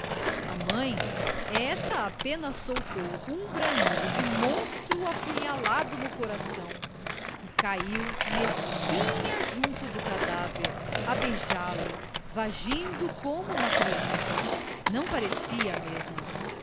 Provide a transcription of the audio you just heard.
a mãe essa apenas soltou um bramido de monstro apunhalado no coração e caiu mesquinha junto do cadáver a beijá-lo vagindo como uma criança não parecia a mesma